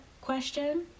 question